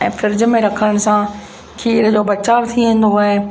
ऐं फिर्ज में रखण सां खीर जो बचाव थी वेंदो आहे